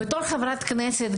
בתור חברת כנסת,